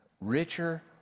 Richer